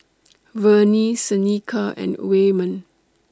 Vernie Seneca and Waymon